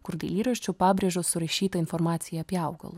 kur dailyraščiu pabrėžos surašyta informacija apie augalus